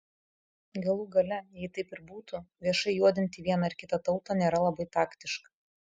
galų gale jei taip ir būtų viešai juodinti vieną ar kitą tautą nėra labai taktiška